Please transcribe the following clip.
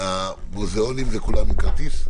המוזיאונים כולם הם עם כרטיס?